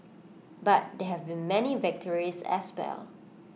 but there have been many victories as well